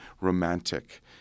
romantic